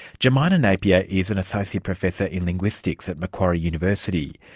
jemina napier is an associate professor in linguistics at macquarie university.